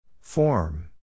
Form